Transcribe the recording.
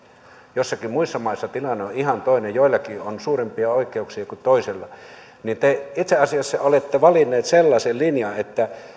joissakin muissa maissa tilanne on ihan toinen joillakin on suurempia oikeuksia kuin toisilla te itse asiassa olette valinneet sellaisen linjan että